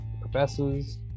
professors